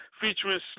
featuring